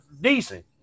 decent